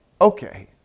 okay